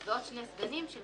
יהיו עוד שלושה סגנים,